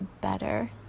better